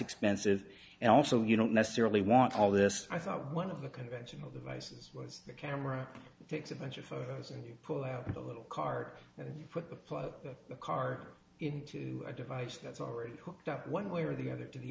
expensive and also you don't necessarily want all this i thought one of the conventional devices was a camera takes a bunch of photos and you pull out the little card and put the car into a device that's already hooked up one way or the other to the